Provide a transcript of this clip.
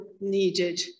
needed